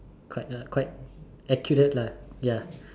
quite uh quite accurate lah ya